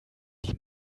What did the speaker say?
die